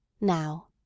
Now